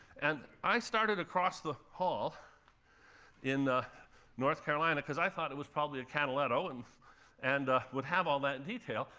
and i started across the hall in north carolina, because i thought it was probably a canaletto, and and would have all that in detail.